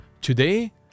Today